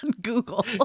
google